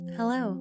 Hello